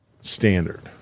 standard